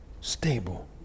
stable